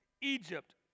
Egypt